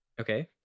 Okay